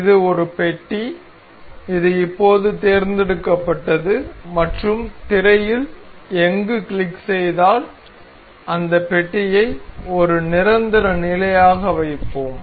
இது ஒரு பெட்டி இது இப்போது தேர்ந்தெடுக்கப்பட்டது மற்றும் திரையில் எங்கும் கிளிக் செய்தால் இந்த பெட்டியை ஒரு நிரந்தர நிலையாக வைப்போம்